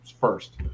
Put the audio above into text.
first